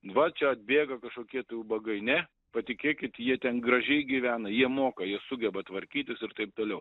va čia atbėga kažkokie tai ubagai ne patikėkit jie ten gražiai gyvena jie moka jie sugeba tvarkytis ir taip toliau